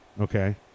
Okay